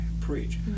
preach